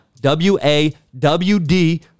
W-A-W-D